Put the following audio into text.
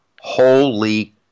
Holy